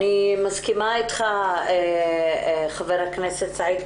אני מסכים איתך, חבר הכנסת סעיד אלחרומי.